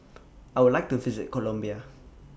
I Would like to visit Colombia